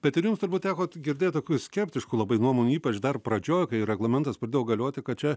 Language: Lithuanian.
bet ir jums turbūt tekot girdėt skeptiškų labai nuomonių ypač dar pradžioj kai reglamentas pradėjo galioti kad čia